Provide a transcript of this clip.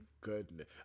goodness